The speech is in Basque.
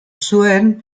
zuen